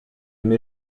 mes